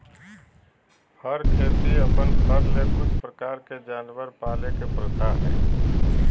फर खेती अपन फर ले कुछ प्रकार के जानवर पाले के प्रथा हइ